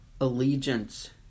allegiance